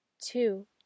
two